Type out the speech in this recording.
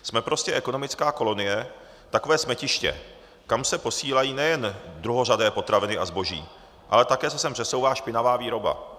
Jsme prostě ekonomická kolonie, takové smetiště, kam se posílají nejen druhořadé potraviny a zboží, ale také se sem přesouvá špinavá výroba.